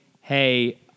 hey